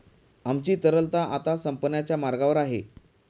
आमची तरलता आता संपण्याच्या मार्गावर आहे